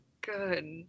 good